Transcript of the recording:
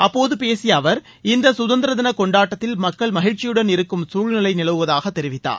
அப்போது பேசிய அவர் இந்த கதந்திர தின கொண்டாட்டத்தில் மக்கள் மகிழ்ச்சியுடன் இருக்கும் சூழ்நிலை நிலவுவதாக தெரிவித்தார்